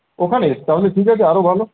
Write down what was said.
ওখানে তাহলে ঠিক আছে আরও ভালো